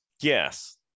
Yes